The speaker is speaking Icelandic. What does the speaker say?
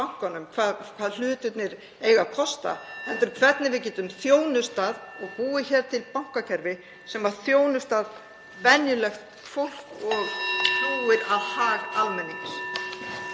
hvað hlutirnir eiga að kosta, heldur hvernig við getum (Forseti hringir.) búið til bankakerfi sem þjónustar venjulegt fólk og hlúir að hag almennings.